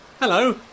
Hello